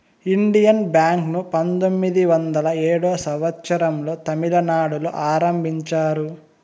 Indian bank ను పంతొమ్మిది వందల ఏడో సంవచ్చరం లో తమిళనాడులో ఆరంభించారు